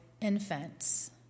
infants